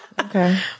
Okay